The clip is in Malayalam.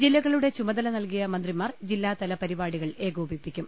ജില്ലകളുടെ ചുമതല നൽകിയ മന്ത്രിമാർ ജില്ലാതല പരിപാടികൾ ഏകോപിപ്പിക്കും